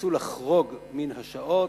שירצו לחרוג מן השעות,